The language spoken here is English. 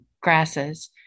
grasses